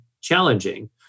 challenging